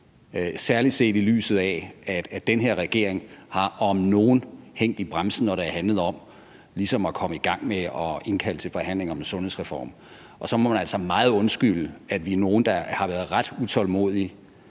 særlig set i lyset af at den her regering om nogen har hængt i bremsen, når det har handlet om ligesom at komme i gang med at indkalde til forhandlinger om en sundhedsreform. Og så må man altså meget undskylde, at vi er nogen, der har været ret utålmodige